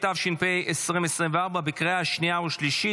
התשפ"ה 2024, לקריאה שנייה ושלישית.